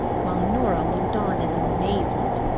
while norah looked on in amazement.